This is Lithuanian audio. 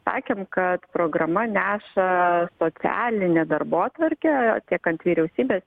sakėm kad programa neša socialinę darbotvarkę tiek ant vyriausybės